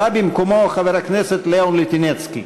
בא במקומו חבר הכנסת לאון ליטינצקי.